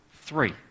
three